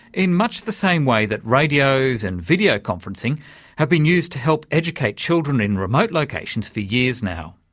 in much the same way that radios and video conferencing have been used to help educate children in remote locations for years now.